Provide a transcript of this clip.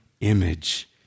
image